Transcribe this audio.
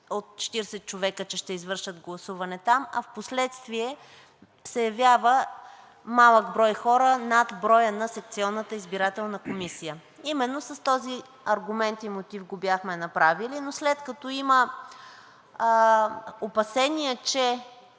е заявено, че ще извършат гласуване там, а впоследствие се явяват малък брой хора над броя на секционната избирателна комисия. Именно с този аргумент и мотив го бяхме направили, но след като има опасения, че